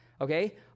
okay